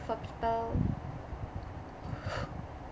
for people